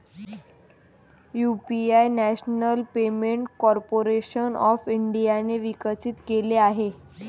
UPI national payment corporation of इंडियाने विकसित केले आहे